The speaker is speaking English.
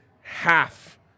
half